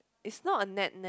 is not a net net